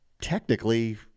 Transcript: technically